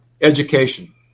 education